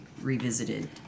revisited